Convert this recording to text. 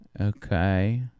Okay